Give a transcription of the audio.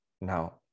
now